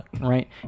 Right